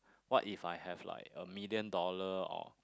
what if I have like a million dollar or